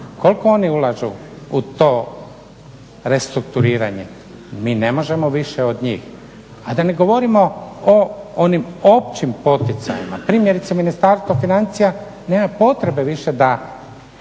Koliko oni ulažu u to restrukturiranje? Mi ne možemo više od njih. A da ne govorimo o onim općim poticajima. Primjerice, Ministarstvo financija nema potrebe više da